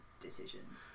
decisions